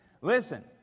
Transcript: Listen